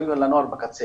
מדברים על הנוער בקצה